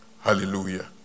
Hallelujah